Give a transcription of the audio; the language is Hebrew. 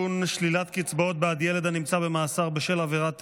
שלילת קצבאות בעד ילד הנמצא במאסר בשל עבירת טרור),